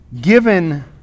given